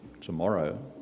tomorrow